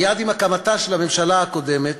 מייד עם הקמתה של הממשלה הקודמת